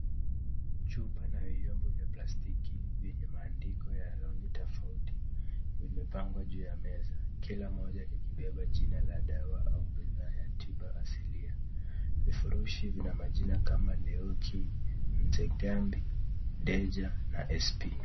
Chupa na vyombo vya plastic vyenye maandiko ya rangi tofauti vimepangwa juu ya meza. Kila moja likibemba jina la dawa au bidhaa ya tiba asilia. Vifurushi vina majina kama leuki,(cs),mtengambi,(cs), danger,(cs), na Sp,(cs).